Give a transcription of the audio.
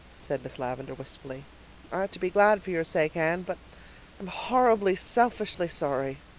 said miss lavendar wistfully. i ought to be glad for your sake, anne. but i'm horribly, selfishly sorry.